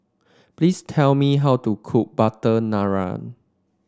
please tell me how to cook butter naan